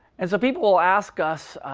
and so people will ask us,